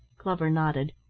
glover nodded.